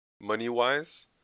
money-wise